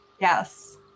Yes